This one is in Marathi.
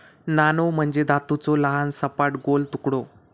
नाणो म्हणजे धातूचो लहान, सपाट, गोल तुकडो